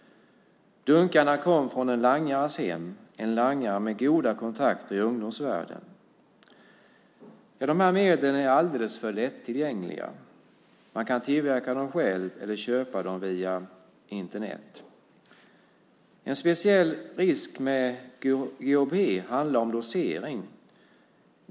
Dunkarna kom från en langares hem, en langare med goda kontakter i ungdomsvärlden. De här medlen är alldeles för lättillgängliga. Man kan tillverka dem själv eller köpa dem via Internet. En speciell risk med GHB handlar om dosering.